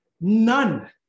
None